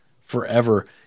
forever